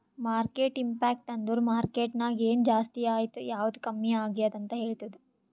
market impact ಅಂದುರ್ market ನಾಗ್ ಎನ್ ಜಾಸ್ತಿ ಆಯ್ತ್ ಯಾವ್ದು ಕಮ್ಮಿ ಆಗ್ಯಾದ್ ಅಂತ್ ಹೇಳ್ತುದ್